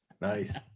Nice